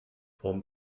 vom